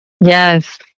Yes